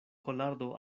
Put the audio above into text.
kolardo